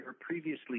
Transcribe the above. previously